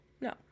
no